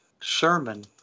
sermon